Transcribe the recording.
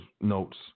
notes